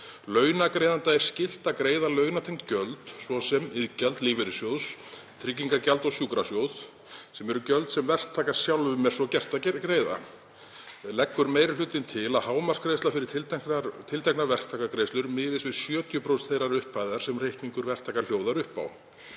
„Launagreiðanda er skylt að greiða launatengd gjöld, svo sem iðgjald lífeyrissjóðs, tryggingagjald og sjúkrasjóð, gjöld sem verktaka sjálfum er gert að greiða. Leggur meiri hlutinn því til að hámarksgreiðsla fyrir tilteknar verktakagreiðslur miðist við 70% þeirrar upphæðar sem reikningur verktaka hljóðar upp á